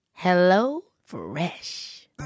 HelloFresh